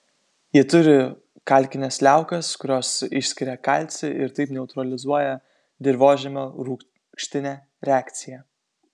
jie turi kalkines liaukas kurios išskiria kalcį ir taip neutralizuoja dirvožemio rūgštinę reakciją